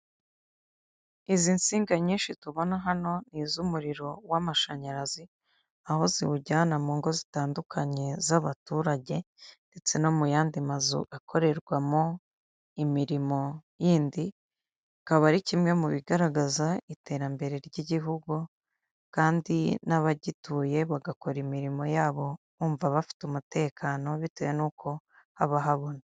Izi nsinga nyinshi tubona hano ni iz'umuriro w'amashanyarazi aho ziwujyana mu ngo zitandukanye z'abaturage ndetse no mu yandi mazu akorerwamo imirimo yindi, ikaba ari kimwe mu bigaragaza iterambere ry'igihugu kandi n'abagituye bagakora imirimo yabo bumva bafite umutekano bitewe n'uko haba habona.